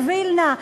בווילנה.